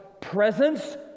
presence